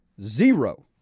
Zero